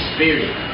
Spirit